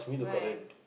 why